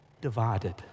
divided